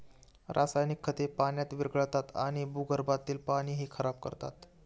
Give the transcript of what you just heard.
रासायनिक खते पाण्यात विरघळतात आणि भूगर्भातील पाणीही खराब करतात